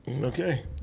Okay